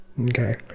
Okay